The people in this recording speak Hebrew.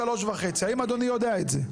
משולם 3.5. האם אדוני יודע את זה?